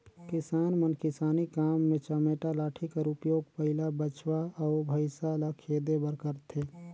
किसान मन किसानी काम मे चमेटा लाठी कर उपियोग बइला, बछवा अउ भइसा ल खेदे बर करथे